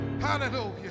hallelujah